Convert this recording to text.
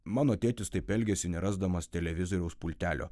mano tėtis taip elgiasi nerasdamas televizoriaus pultelio